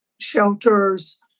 shelters